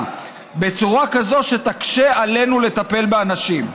בצורה כזאת שתקשה עלינו לטפל באנשים?